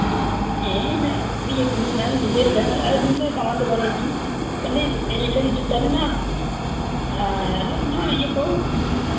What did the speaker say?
ᱦᱮᱸ ᱤᱱᱟᱹᱜ ᱤᱭᱟᱹ ᱠᱚ ᱢᱮᱱᱟᱜᱼᱟ ᱱᱤᱡᱮᱨ ᱡᱟᱦᱟᱸ ᱟᱭᱢᱟ ᱰᱷᱮᱨ ᱥᱟᱢᱟᱱ ᱫᱚ ᱵᱟᱹᱱᱩᱜ ᱟᱹᱱᱤᱡ ᱠᱷᱟᱹᱞᱤ ᱮᱱᱮᱡ ᱞᱟᱹᱜᱤᱫ ᱡᱚᱛᱚ ᱢᱮᱱᱟᱜᱼᱟ ᱟᱨ ᱚᱱᱟ ᱤᱭᱟᱹ ᱠᱚ